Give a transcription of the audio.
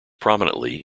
prominently